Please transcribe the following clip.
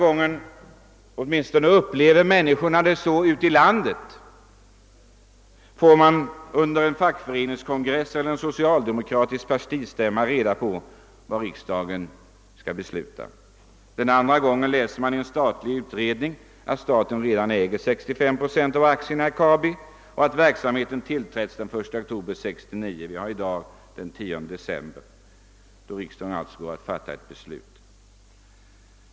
Åtminstone upplever människorna ute i landet det så. Den ena gången får man av en fackföreningskongress eller en socialdemokratisk partistämma reda på vad riksdagen skall besluta. Den andra gången läser man i en statlig utredning att staten redan äger 65 procent av aktierna i Kabi och att verksamheten tillträtts den 1 oktober 1969; vi har i dag då riksdagen alltså går att fatta beslut i ärendet den 10 december.